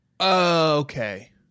Okay